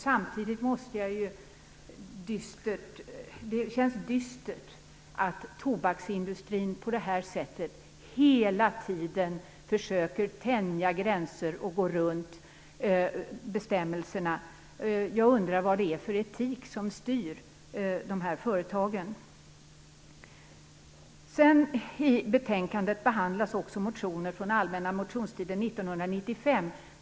Samtidigt känns det dystert att tobaksindustrin på det här sättet hela tiden försöker tänja gränser och gå runt bestämmelserna. Jag undrar vad det är för etik som styr de här företagen. I betänkandet behandlas också motioner från allmänna motionstiden 1995.